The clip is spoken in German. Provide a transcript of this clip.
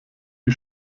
die